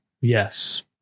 Yes